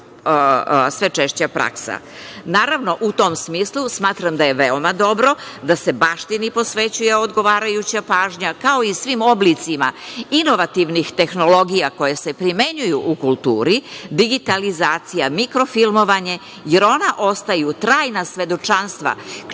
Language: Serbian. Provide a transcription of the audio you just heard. sve češća praksa.U tom smislu, smatram da je veoma dobro da se baštini posvećuje odgovarajuća pažnja, kao i svim oblicima inovativnih tehnologija koje se primenjuju u kulturi, digitalizacija, mikrofilmovanje, jer ona ostaju trajna svedočanstva čiji